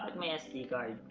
um a sd card?